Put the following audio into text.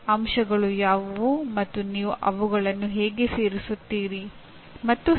ಅಂಶಗಳು ಯಾವುವು ಮತ್ತು ನೀವು ಅವುಗಳನ್ನು ಹೇಗೆ ಸೇರಿಸುತ್ತೀರಿ ಮತ್ತು ಹೀಗೆ